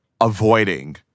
avoiding